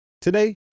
today